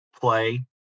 play